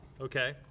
Okay